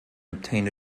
obtained